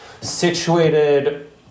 situated